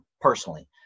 personally